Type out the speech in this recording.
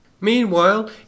Meanwhile